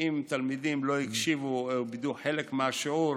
שאם תלמידים לא הקשיבו או איבדו חלק מהשיעור,